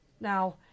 Now